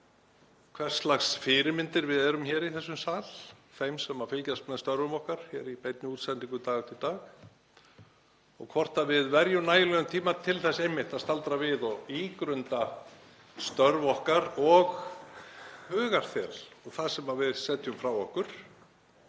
hvers lags fyrirmyndir við hér í þessum sal erum þeim sem fylgjast með störfum okkar í beinni útsendingu dag eftir dag og hvort við verjum nægilegan tíma til þess einmitt að staldra við og ígrunda störf okkar og hugarþel og það sem við setjum frá okkur